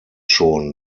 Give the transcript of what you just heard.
schon